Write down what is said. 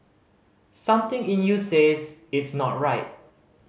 something in you says it's not right